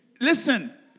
Listen